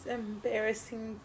embarrassing